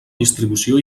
distribució